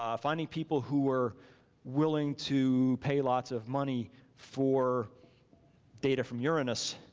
um finding people who were willing to pay lots of money for data from uranus,